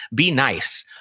be nice.